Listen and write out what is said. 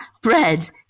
bread